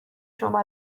شما